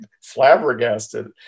flabbergasted